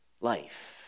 life